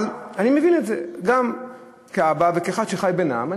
אבל אני מבין את זה גם כאבא וכאחד שחי בקרב העם.